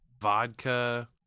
vodka